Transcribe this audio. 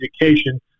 education